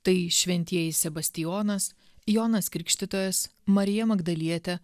tai šventieji sebastijonas jonas krikštytojas marija magdalietė